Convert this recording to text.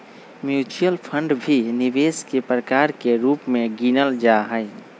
mutual fund भी निवेश के प्रकार के रूप में गिनल जाहई